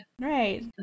Right